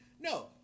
No